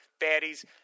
baddies